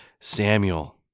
Samuel